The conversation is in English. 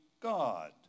God